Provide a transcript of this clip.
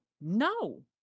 No